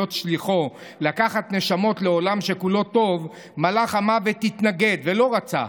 שליחו לקחת נשמות לעולם שכולו טוב מלאך המוות התנגד ולא רצה,